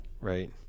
right